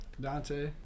Dante